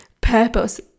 purpose